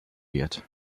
wird